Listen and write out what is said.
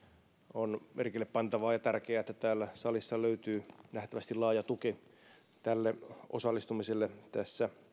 on merkillepantavaa ja tärkeää että täällä salissa löytyy nähtävästi laaja tuki osallistumiselle tässä